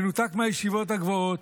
מנותק מהישיבות הגבוהות,